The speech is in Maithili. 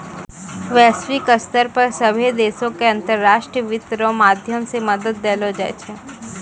वैश्विक स्तर पर सभ्भे देशो के अन्तर्राष्ट्रीय वित्त रो माध्यम से मदद देलो जाय छै